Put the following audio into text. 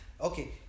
Okay